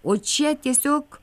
o čia tiesiog